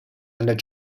and